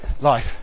life